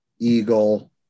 Eagle